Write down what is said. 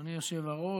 אדוני היושב-ראש,